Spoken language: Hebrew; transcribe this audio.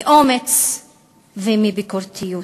מאומץ ומביקורתיות.